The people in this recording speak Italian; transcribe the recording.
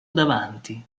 davanti